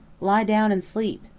lie down and sleep,